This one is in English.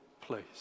place